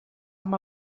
amb